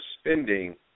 spending